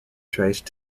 traced